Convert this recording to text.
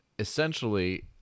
Essentially